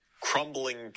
crumbling